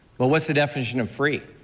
but what's the definition of free?